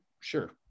Sure